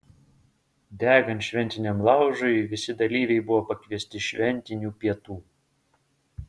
degant šventiniam laužui visi dalyviai buvo pakviesti šventinių pietų